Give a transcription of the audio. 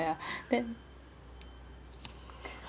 yeah then